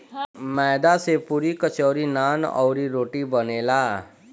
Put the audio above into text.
मैदा से पुड़ी, कचौड़ी, नान, अउरी, रोटी बनेला